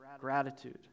gratitude